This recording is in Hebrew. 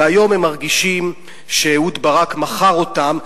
והיום הם מרגישים שאהוד ברק מכר אותם,